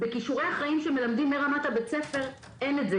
בכישורי החיים שמלמדים מרמת בית הספר אין את זה.